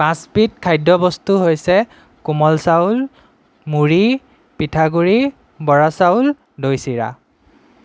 পাঁচবিধ খাদ্যবস্তু হৈছে কোমল চাউল মুড়ি পিঠাগুড়ি বৰা চাউল দৈ চিৰা